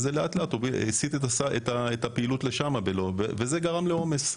ולאט לאט הפעילות עברה לשם וזה גרם לעומס.